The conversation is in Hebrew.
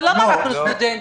אבל למה רק לסטודנטים?